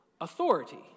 Authority